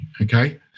okay